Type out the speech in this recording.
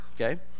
Okay